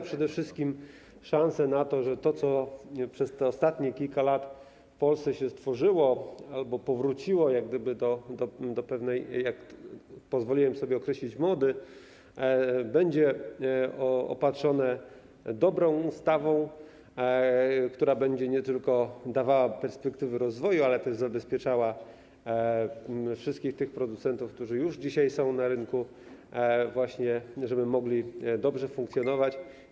przede wszystkim chodzi o to, żeby dawała ona szansę na to, żeby to, co przez tych ostatnich kilka lat w Polsce się tworzyło, albo powróciło do pewnej, jak pozwoliłem sobie to określić, mody, było opatrzone dobrą ustawą, która będzie nie tylko dawała perspektywy rozwoju, ale również zabezpieczała wszystkich tych producentów, którzy już dzisiaj są na rynku, właśnie po to, żeby mogli dobrze funkcjonować.